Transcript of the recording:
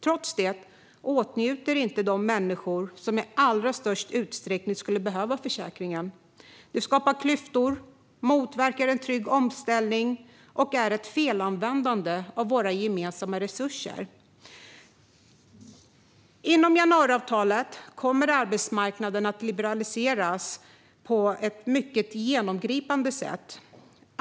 Trots det åtnjuts inte försäkringen av de människor som i allra störst utsträckning skulle behöva den. Detta skapar klyftor, motverkar en trygg omställning och är ett felanvändande av våra gemensamma resurser. Inom januariavtalet kommer arbetsmarknaden att liberaliseras på ett mycket genomgripande sätt.